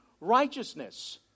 righteousness